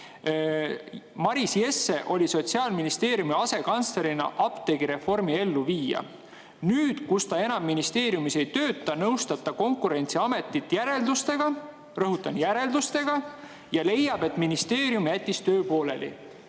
"Jesse oli sotsiaalministeeriumi asekantslerina apteegireformi elluviija. Nüüd, kus ta enam ministeeriumis ei tööta, nõustub ta konkurentsiameti järeldustega [rõhutan: järeldustega – T. M.] ja leiab, et ministeerium jättis töö pooleli."